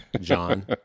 John